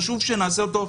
חשוב שנעשה אותו,